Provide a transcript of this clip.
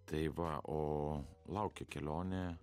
tai va o laukia kelionė